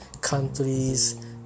countries